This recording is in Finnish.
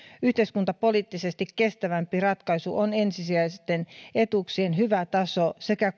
yhteiskuntapoliittisesti kestävämpi ratkaisu on ensisijaisten etuuksien hyvä taso sekä